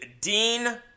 Dean